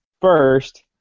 first